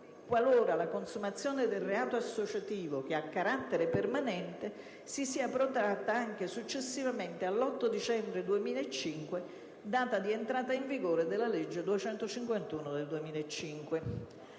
qualora la consumazione del reato associativo (che ha carattere permanente) si sia protratta anche successivamente all'8 dicembre 2005, data di entrata in vigore della legge n. 251 del 2005.